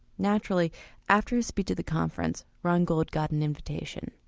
naturally after his speech at the conference ron gold got an invitation.